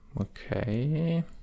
Okay